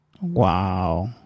Wow